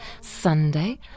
Sunday